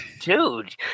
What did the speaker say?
dude